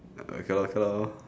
okay lor okay lor